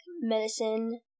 medicine